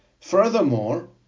Furthermore